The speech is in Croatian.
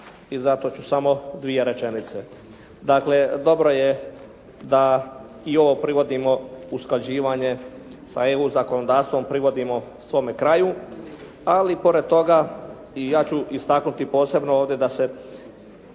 i zato ću samo dvije rečenice. Dakle, dobro je da i ovo privodimo usklađivanje sa EU zakonodavstvom privodimo svome kraju, ali pored toga i ja ću istaknuti posebno ovdje da se